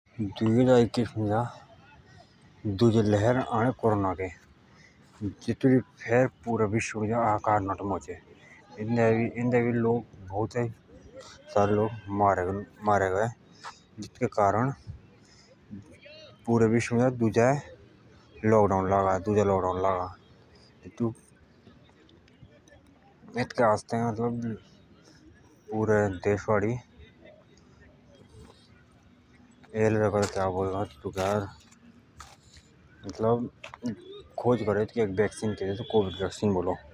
दुईहजार ईकिश मुझ दुजे लहर आअणे कोरोना के हेतु लेई पुरे विश्व मुझ अहाकार नटे मचे बोउतेइ लोग नटे मरे जेतूके कारण पुरे विश्व मुझ दुजाए लाकडाउन नटा लागे एतुके आस्ते तब पुरे देश वाडी वेक्सिन के खोज करें।